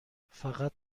فقط